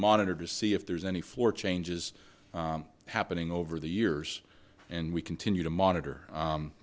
monitor to see if there's any floor changes happening over the years and we continue to monitor